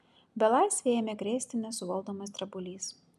belaisvį ėmė krėsti nesuvaldomas drebulys